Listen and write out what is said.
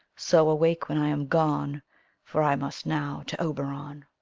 so awake when i am gone for i must now to oberon.